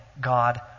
God